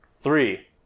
Three